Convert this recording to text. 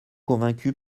convaincue